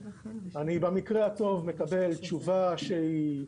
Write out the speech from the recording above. במקרה הטוב אני מקבל תשובה שהיא,